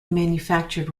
manufactured